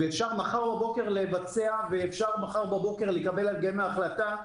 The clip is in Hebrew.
ואפשר מחר בבוקר לבצע אפשר מחר בבוקר לקבל החלטה.